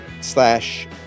slash